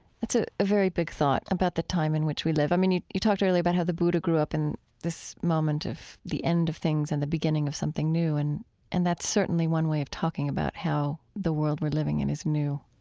it's a ah very big thought about the time in which we live. i mean, you, you talked earlier about how the buddha grew up in this moment of the end of things and the beginning of something new, and and that's certainly one way of talking about how the world we're living in is new